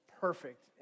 perfect